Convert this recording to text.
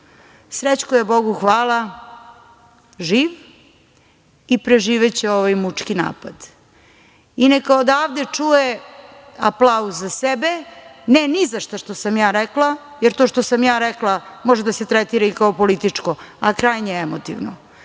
Srećko je, Bogu hvala živ i preživeće ovaj mučki narod. I neka odavde čuje aplauz za sebe, ne ni za šta što sam ja rekla, jer to što sam ja rekla može da se tretira i kao političko, a krajnje emotivno. Ja